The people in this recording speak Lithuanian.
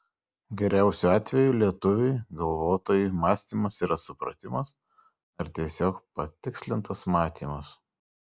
geriausiu atveju lietuviui galvotojui mąstymas yra supratimas ar tiesiog patikslintas matymas